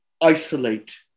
isolate